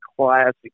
classic